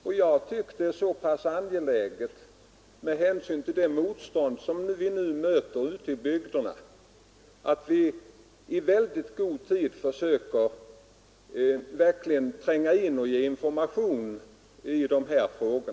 Jag anser dock det vara angeläget, med hänsyn till det motstånd som vi nu möter ute i bygderna vid mark förvärv, att i mycket god tid ge information i dessa frågor.